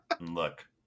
Look